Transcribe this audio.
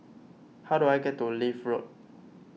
how do I get to Leith Road